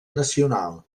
nacional